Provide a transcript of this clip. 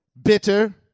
Bitter